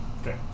Okay